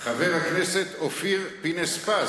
חבר הכנסת אופיר פינס-פז,